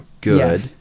good